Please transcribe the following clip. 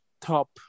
top